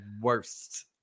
worst